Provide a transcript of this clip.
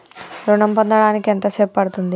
ఋణం పొందడానికి ఎంత సేపు పడ్తుంది?